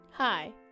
Hi